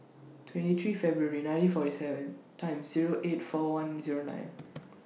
twenty three February nineteen forty seven Time Zero eight four one Zero nine